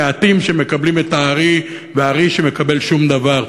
המעטים שמקבלים את הארי, והארי שמקבל שום דבר.